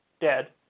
dead